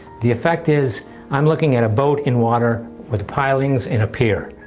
the effect is i'm looking at a boat in water with pilings in a pier,